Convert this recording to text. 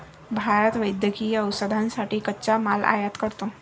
भारत वैद्यकीय औषधांसाठी कच्चा माल आयात करतो